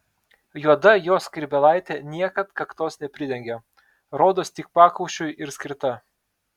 juoda jo skrybėlaitė niekad kaktos nepridengia rodos tik pakaušiui ir skirta